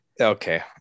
Okay